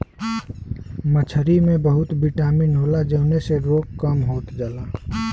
मछरी में बहुत बिटामिन होला जउने से रोग कम होत जाला